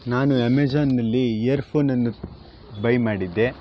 ನಾನು ಅಮೆಝಾನ್ನಲ್ಲಿ ಇಯರ್ ಫೋನನ್ನು ಬೈ ಮಾಡಿದ್ದೆ